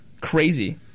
Crazy